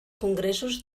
congressos